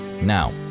Now